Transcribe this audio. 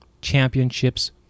championships